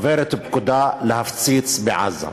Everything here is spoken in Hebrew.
עוברת פקודה להפציץ בעזה.